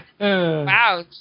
Wow